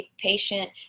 patient